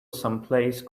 someplace